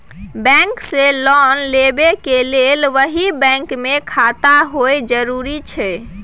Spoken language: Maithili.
बैंक से लोन लेबै के लेल वही बैंक मे खाता होय जरुरी छै?